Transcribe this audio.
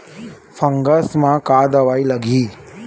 Fungus म का दवाई लगी?